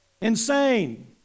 insane